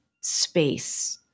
space